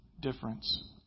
difference